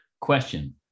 Question